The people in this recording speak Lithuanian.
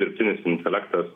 dirbtinis intelektas